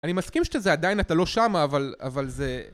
אני מסכים שזה עדיין אתה לא שמה, אבל זה...